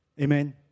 Amen